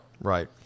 Right